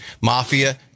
Mafia